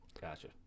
gotcha